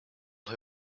who